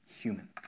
human